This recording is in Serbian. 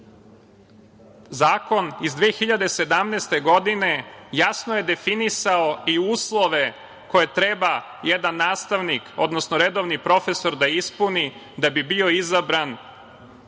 iz 2017. godine jasno je definisao i uslove koje treba jedan nastavnik odnosno redovni profesor da ispuni da bi bio izabran